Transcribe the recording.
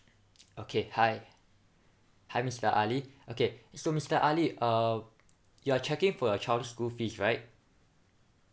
okay hi hi mister ali okay so mister ali uh you're checking for your child's school fees right